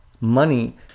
money